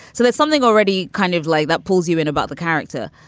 so that's something already kind of like that pulls you in about the character.